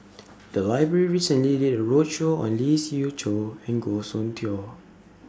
The Library recently did A roadshow on Lee Siew Choh and Goh Soon Tioe